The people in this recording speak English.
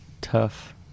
tough